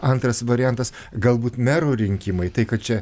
antras variantas galbūt mero rinkimai tai kad čia